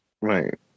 Right